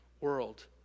world